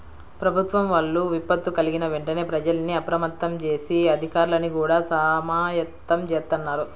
ప్రభుత్వం వాళ్ళు విపత్తు కల్గిన వెంటనే ప్రజల్ని అప్రమత్తం జేసి, అధికార్లని గూడా సమాయత్తం జేత్తన్నారు